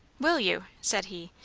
will you? said he.